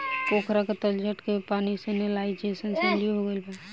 पोखरा के तलछट के पानी सैलिनाइज़ेशन से अम्लीय हो गईल बा